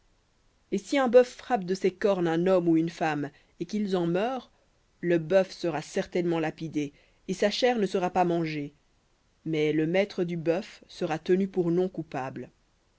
et si un bœuf frappe de ses cornes un homme ou une femme et qu'ils en meurent le bœuf sera certainement lapidé et sa chair ne sera pas mangée mais le maître du bœuf sera non coupable